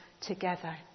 together